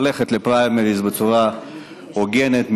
ללכת לפריימריז בצורה הוגנת,